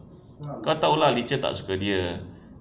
kau tahu lah li che tak suka dia